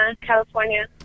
California